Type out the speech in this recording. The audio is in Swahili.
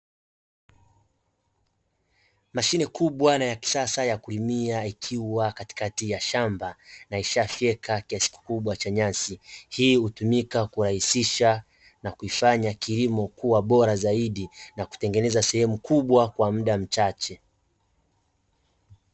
Mashine kubwa na ya kisasa ya kulimia ikiwa katikati ya shamba na ishafyeka kiasi kikubwa cha nyasi, hii hutumika kurahisisha na kuifanya kilimo kuwa bora zaidi na kutengeneza sehemu kubwa kwa muda mchache.